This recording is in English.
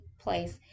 place